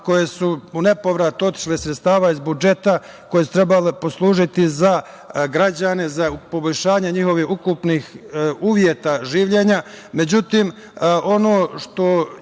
koje su u nepovrat otišle, sredstava iz budžeta koje su trebale poslužiti za građane, za poboljšanje njihovih ukupnih uslova